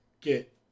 get